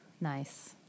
Nice